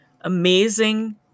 Amazing